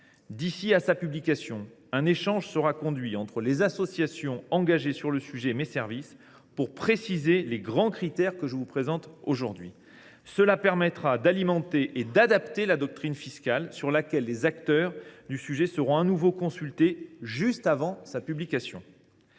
D’ici à sa publication, un échange sera conduit entre les associations engagées sur le sujet et mes services, pour préciser les grands critères que je vous présente aujourd’hui. Cela permettra d’alimenter et d’adapter la doctrine fiscale, sur laquelle les acteurs du sujet seront à nouveau consultés juste avant sa publication.